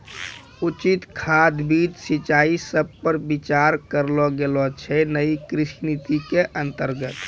उचित खाद, बीज, सिंचाई सब पर विचार करलो गेलो छै नयी कृषि नीति के अन्तर्गत